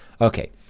Okay